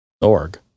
org